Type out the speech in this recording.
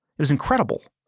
it was incredible.